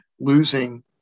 losing